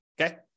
Okay